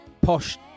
posh